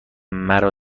مرا